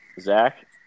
zach